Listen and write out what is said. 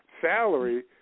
salary